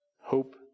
Hope